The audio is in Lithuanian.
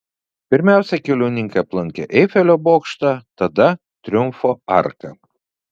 pirmiausia keliauninkai aplankė eifelio bokštą tada triumfo arką